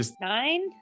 nine